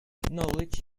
knowledge